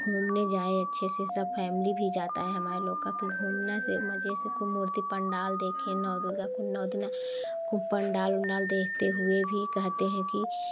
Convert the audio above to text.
घूमने जाएँ अच्छे से सब फैमिली भी जाता है हमारे लोग का तो घूमना मज़े से खूब मूर्ति पंडाल देखें नव दुर्गा को नौ दिन खूब पंडाल वंडाल देखते हुए भी कहते हैं कि